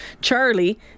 Charlie